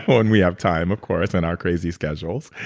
when we have time. of course, in our crazy schedules.